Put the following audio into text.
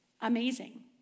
Amazing